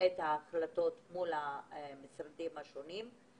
את ההחלטות מול המשרדים השונים.